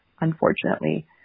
Unfortunately